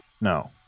No